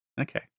Okay